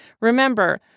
remember